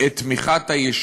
את תמיכת הישות